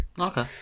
Okay